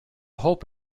hope